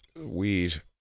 Weed